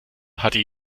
hatte